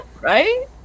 right